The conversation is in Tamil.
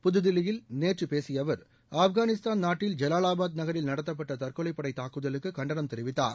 புதுதில்லியில் நேற்று பேசிய அவர் ஆப்கானிஸ்தான் நாட்டில் ஜலாலாபாத் நகரில் நடத்தப்பட்ட தற்கொலைப்படை தாக்குதலுக்கு கண்டனம் தெரிவித்தார்